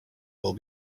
will